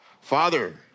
Father